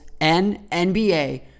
NNBA